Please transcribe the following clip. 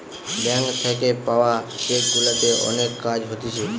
bank থাকে পাওয়া cheque গুলাতে অনেক কাজ হতিছে